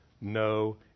no